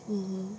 okay